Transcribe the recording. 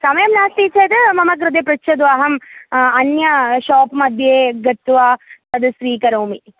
समयः नास्ति चेत् मम कृते पृच्छतु अहम् अन्यत् शोप् मध्ये गत्वा तद् स्वीकरोमि